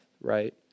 right